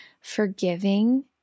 forgiving